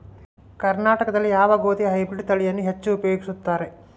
ಕರ್ನಾಟಕದಲ್ಲಿ ಯಾವ ಗೋಧಿಯ ಹೈಬ್ರಿಡ್ ತಳಿಯನ್ನು ಹೆಚ್ಚು ಉಪಯೋಗಿಸುತ್ತಾರೆ?